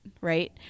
right